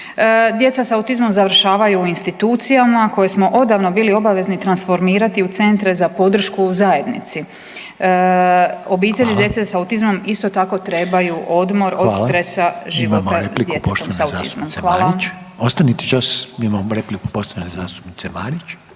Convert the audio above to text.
Djeca sa autizmom završavaju u institucijama koje smo odavno bili obavezni transformirati u centre za podršku u zajednici. Obitelji djece sa autizmom isto tako trebaju odmor od stresa života s djetetom sa autizmom. Hvala. **Reiner, Željko (HDZ)** Hvala. Imamo repliku poštovane zastupnice Marić.